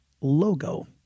logo